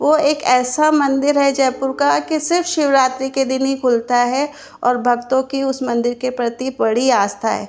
वह एक ऐसा मंदिर है जयपुर का की सिर्फ़ शिवरात्रि के दिन ही खुलता है और भक्तों की उस मंदिर के प्रति बड़ी आस्था है